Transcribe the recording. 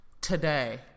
today